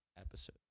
Episode